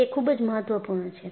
તે ખૂબ જ મહત્વપૂર્ણ છે